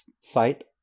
site